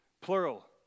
plural